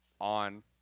on